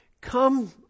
come